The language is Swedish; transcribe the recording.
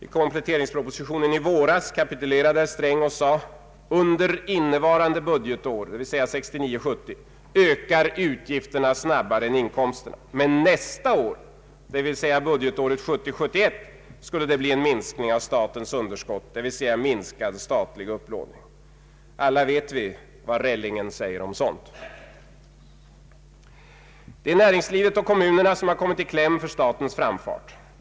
I kompletteringspropositionen i våras kapitulerade herr Sträng och sade att ”under innevarande budgetår” — dvs. 1969 71, skulle det bli en minskning av statens underskott, dvs. minskad statlig upplåning. Alla vet vi vad Rellingen säger om sådant. Det är näringslivet och kommunerna som har kommit i kläm på grund av statens framfart.